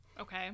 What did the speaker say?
Okay